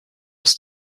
des